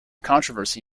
controversy